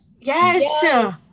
Yes